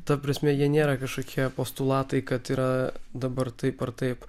ta prasme jie nėra kažkokie postulatai kad yra dabar taip ar taip